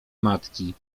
matki